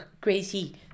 crazy